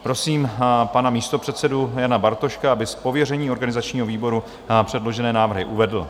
Prosím pana místopředsedu Jana Bartoška, aby z pověření organizačního výboru předložené návrhy uvedl.